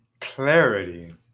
clarity